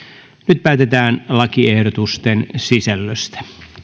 nyt päätetään lakiehdotusten sisällöstä